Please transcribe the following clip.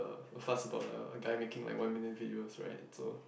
fuss about a a guy making like one minute videos right so